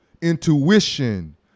intuition